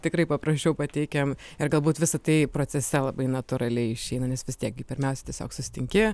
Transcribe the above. tikrai paprasčiau pateikiam ir galbūt visą tai procese labai natūraliai išeina nes vis tiek gi pirmiausia tiesiog susitinki